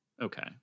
Okay